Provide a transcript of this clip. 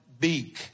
beak